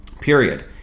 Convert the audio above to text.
Period